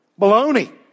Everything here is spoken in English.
Baloney